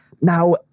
Now